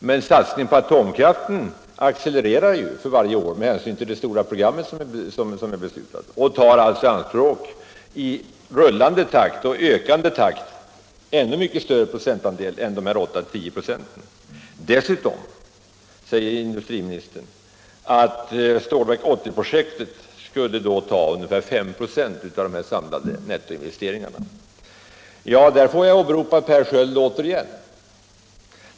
Men satsningen på atomkraften accelererar för varje år på grund av det stora program som är beslutat och tar alltså ganska snart i rullande takt i anspråk en mycket större procentandel än dessa 8-10 96. Dessutom säger industriministern att Stålverk 80-projektet skulle ta ungefär 5 96 av de samlade nettoinvesteringarna. Där får jag återigen åberopa Per Sköld.